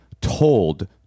told